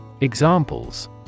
Examples